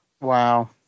wow